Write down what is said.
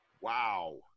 Wow